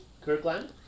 Kirkland